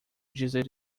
dizer